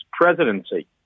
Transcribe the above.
presidency